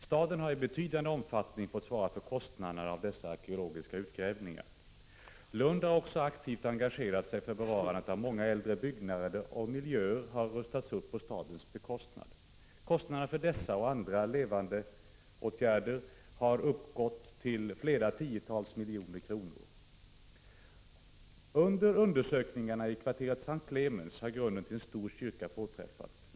Staden har i betydande omfattning fått svara för kostnaderna för dessa arkeologiska utgrävningar. I Lund har man också aktivt engagerat sig i bevarandet av många äldre byggnader, och gamla miljöer har rustats upp på stadens bekostnad. Kostnaderna för dessa och andra bevarandeåtgärder har uppgått till tiotals miljoner kronor. Vid undersökningarna i kvarteret S:t Clemens har grunden till en stor kyrka påträffats.